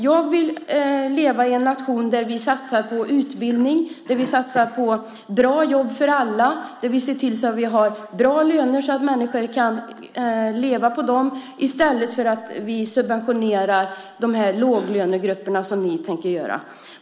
Jag vill leva i en nation där vi satsar på utbildning, där vi satsar på bra jobb för alla och där vi ser till att människor har bra löner som de kan leva på i stället för att vi subventionerar dessa låglönegrupper, vilket ni tänker göra.